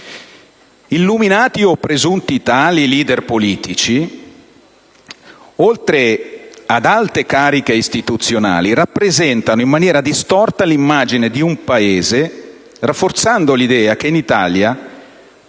Illuminati o presunti tali *leader* politici, oltre ad alte cariche istituzionali, rappresentano in maniera distorta l'immagine del Paese rafforzando l'idea che in Italia